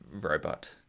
Robot